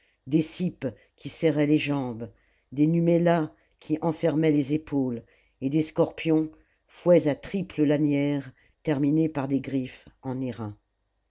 des cippes qui serraient les jambes des numella qui enfermaient les épaules et des scorpions fouets à triples lanières terminées par des griffes en